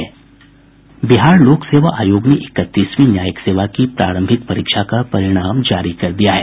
बिहार लोक सेवा आयोग ने इकतीसवीं न्यायिक सेवा की प्रारंभिक परीक्षा का परिणाम जारी कर दिया है